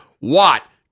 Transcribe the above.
Watt